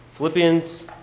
Philippians